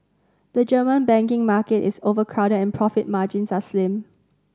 the German banking market is overcrowded and profit margins are slim